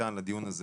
לכאן לדיון הזה,